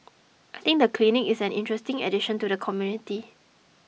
I think the clinic is an interesting addition to the community